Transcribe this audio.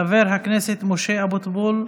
חבר הכנסת משה אבוטבול,